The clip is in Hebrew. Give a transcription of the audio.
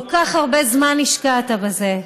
כל כך הרבה זמן השקעת בזה,